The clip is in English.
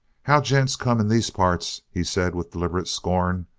how gents come in these parts, he said with deliberate scorn,